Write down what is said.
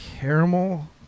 caramel